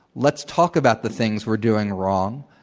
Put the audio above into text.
let's talk about the things we're doing wrong,